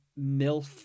MILF